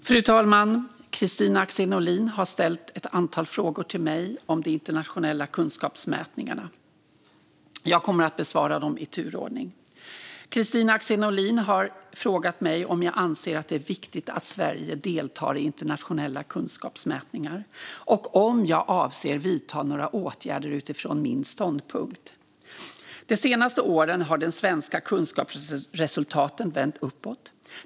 Fru talman! har ställt ett antal frågor till mig om de internationella kunskapsmätningarna. Jag kommer att besvara dem i turordning. Kristina Axén Olin har frågat mig om jag anser att det är viktigt att Sverige deltar i internationella kunskapsmätningar och om jag avser att vidta några åtgärder utifrån min ståndpunkt. De senaste åren har de svenska kunskapsresultaten vänt uppåt.